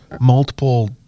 multiple